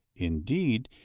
indeed,